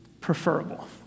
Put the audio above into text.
preferable